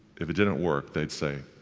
if it didn't work, they'd say.